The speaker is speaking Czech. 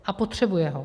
A potřebuje ho.